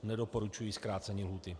Nedoporučuji zkrácení lhůty.